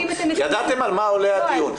ידעתם על מה הדיון.